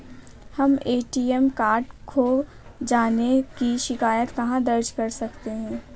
हम ATM card खो जाने की शिकायत कहाँ दर्ज कर सकते हैं?